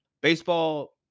Baseball